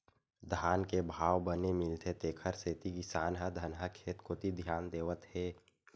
धान के भाव बने मिलथे तेखर सेती किसान ह धनहा खेत कोती धियान देवत हे